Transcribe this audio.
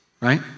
right